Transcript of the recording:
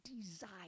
desire